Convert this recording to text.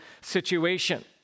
situation